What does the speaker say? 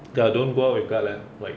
ya don't go out with guard leh like